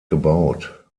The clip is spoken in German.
gebaut